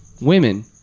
women